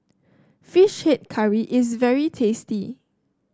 fish head curry is very tasty